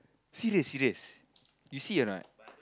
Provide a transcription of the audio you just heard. serious serious you see or not